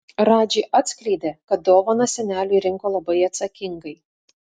radži atskleidė kad dovaną seneliui rinko labai atsakingai